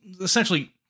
essentially